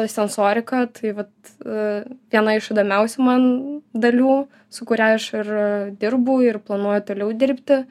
sensorika tai vat viena iš įdomiausių man dalių su kuria aš ir dirbu ir planuoju toliau dirbti